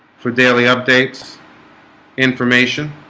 for daily updates information